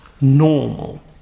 normal